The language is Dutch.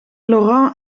laurens